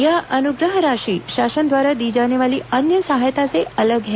यह अनुग्रह राशि शासन द्वारा दी जाने वाली अन्य सहायता से अलग है